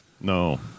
No